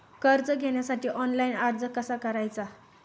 कर्ज घेण्यासाठी ऑनलाइन अर्ज कसा करायचा?